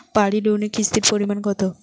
বাড়ি লোনে কিস্তির পরিমাণ কত?